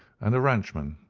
and a ranchman.